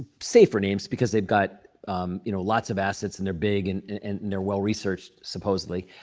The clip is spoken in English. safer names because they've got you know lots of assets and they're big and and and they're well-researched, supposedly,